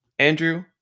Andrew